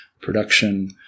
production